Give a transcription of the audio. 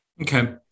Okay